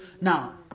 Now